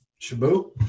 Shabu